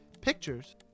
Pictures